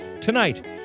Tonight